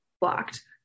blocked